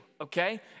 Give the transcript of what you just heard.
okay